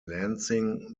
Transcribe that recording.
lansing